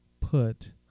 put